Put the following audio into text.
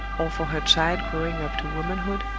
or for her child growing up to womanhood,